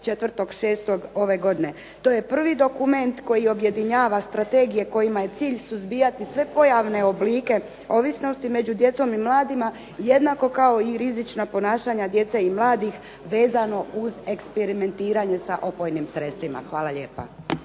4.6. ove godine. To je prvi dokument koji objedinjava strategije kojima je cilj suzbijati sve pojavne oblike ovisnosti među djecom i mladima, jednako kao i rizična ponašanja djece i mladih vezano uz eksperimentiranje sa opojnim sredstvima. Hvala lijepa.